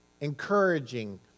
encouraging